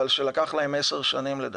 אבל לקח להן 10 שנים, לדעתי.